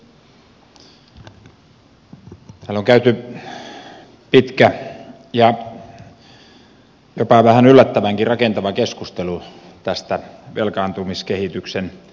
täällä on käyty pitkä ja jopa vähän yllättävänkin rakentava keskustelu tästä velkaantumiskehityksen taittamisesta